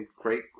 great